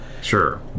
Sure